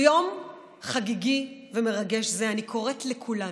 ביום חגיגי ומרגש זה, אני קוראת לכולנו: